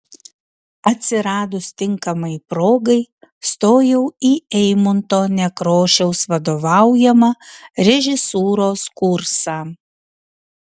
atsiradus tinkamai progai stojau į eimunto nekrošiaus vadovaujamą režisūros kursą